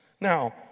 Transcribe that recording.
Now